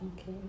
Okay